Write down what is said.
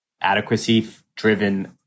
adequacy-driven